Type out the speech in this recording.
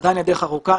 עדיין הדרך ארוכה.